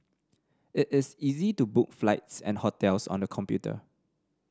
it is easy to book flights and hotels on the computer